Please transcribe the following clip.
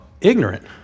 Ignorant